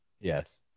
yes